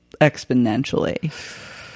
exponentially